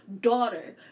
daughter